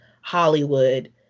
Hollywood